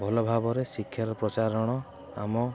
ଭଲ ଭାବରେ ଶିକ୍ଷାର ପ୍ରଚାରଣ ଆମ